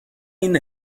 این